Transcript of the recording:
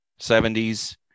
70s